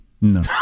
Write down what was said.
No